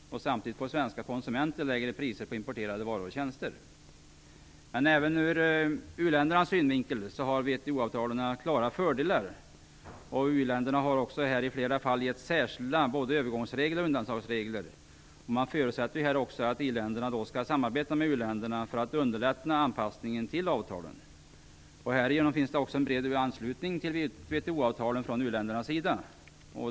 Samtidigt får svenska konsumenter lägre priser på importerade varor och tjänster. Även ur u-ländernas synvinkel har WTO-avtalet klara fördelar. U-länderna har i flera fall getts särskilda både övergångsregler och undantagsregler. Man förutsätter också att i-länderna skall samarbeta med uländerna för att underlätta denna anpassning till avtalen. Härigenom finns det också en bred anslutning till WTO-avtalet från u-ländernas sida.